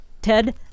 Ted